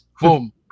boom